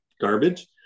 garbage